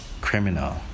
criminal